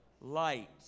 Light